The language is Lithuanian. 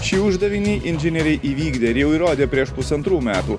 šį uždavinį inžinieriai įvykdė ir jau įrodė prieš pusantrų metų